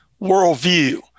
worldview